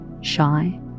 shy